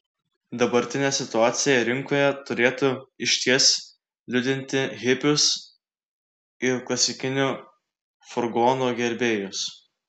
dabartinė situacija rinkoje turėtų išties liūdinti hipius ir klasikinių furgonų gerbėjus